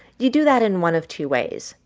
you do that in one of two ways.